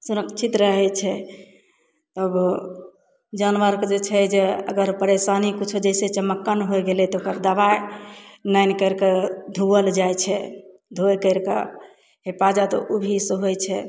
सुरक्षित रहै छै तब जानवरके जे छै जे अगर परेशानी किछु जइसे चमोक्कनि होइ गेलै तऽ ओकर दवाइ आनि करिके धोअल जाइ छै धोइ करिके हिफाजत ओहिसे भी होइ छै